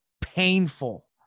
painful